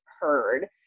heard